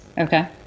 Okay